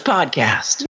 Podcast